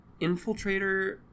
Infiltrator